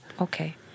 Okay